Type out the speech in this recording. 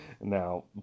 Now